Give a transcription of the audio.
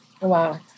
Wow